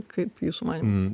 kaip jūsų manymu